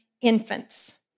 infants